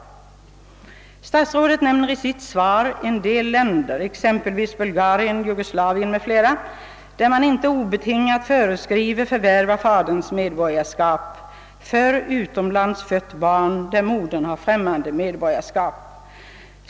Statsrådet nämner i sitt svar en del länder — Bulgarien, Jugoslavien m.fl. — där man inte obetingat föreskriver förvärv av faderns medborgarskap för utomlands fött barn, vilkets mor har främmande medborgarskap.